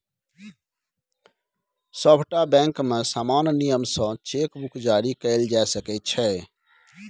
सभटा बैंकमे समान नियम सँ चेक बुक जारी कएल जा सकैत छै